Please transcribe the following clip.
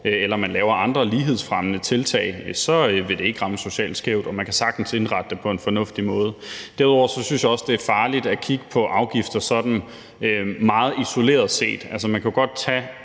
eller man laver andre lighedsfremmende tiltag, så vil det ikke ramme socialt skævt, og man kan sagtens indrette det på en fornuftig måde. Derudover synes jeg også, det er farligt at kigge på afgifter sådan meget isoleret set. Altså, man kan jo godt lave